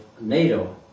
NATO